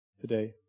today